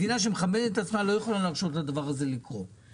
מדינה שמכבדת את עצמה לא יכולה להרשות לדבר הזה לקרות.